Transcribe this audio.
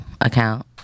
account